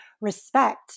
respect